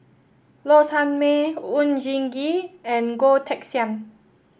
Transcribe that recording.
Low Sanmay Oon Jin Gee and Goh Teck Sian